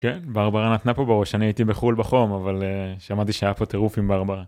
כן ברברה נתנה פה בראש אני הייתי בחול בחום אבל שמעתי שהיה פה טירוף עם ברברה.